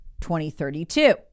2032